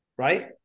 right